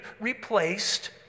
replaced